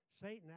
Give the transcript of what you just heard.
Satan